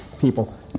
people